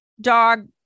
dog